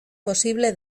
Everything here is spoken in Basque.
posible